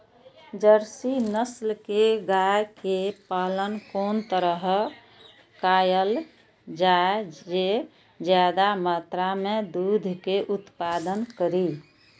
Jersey नस्ल के गाय के पालन कोन तरह कायल जाय जे ज्यादा मात्रा में दूध के उत्पादन करी?